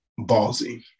ballsy